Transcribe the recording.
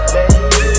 Baby